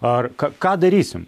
ar ką darysime